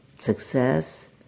success